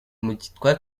umukino